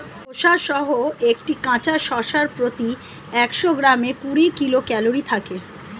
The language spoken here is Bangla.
খোসাসহ একটি কাঁচা শসার প্রতি একশো গ্রামে কুড়ি কিলো ক্যালরি থাকে